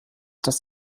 dass